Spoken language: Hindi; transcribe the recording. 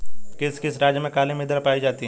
किस किस राज्य में काली मृदा पाई जाती है?